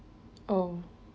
oh